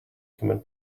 human